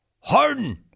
Harden